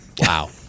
Wow